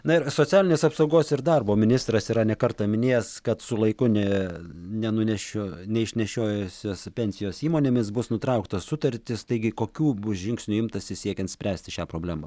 na ir socialinės apsaugos ir darbo ministras yra ne kartą minėjęs kad su laiku ne nenunešiu neišnešiojusius pensijos įmonėmis bus nutraukta sutartis taigi kokių bus žingsnių imtasi siekiant spręsti šią problemą